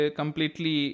completely